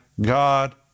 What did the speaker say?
God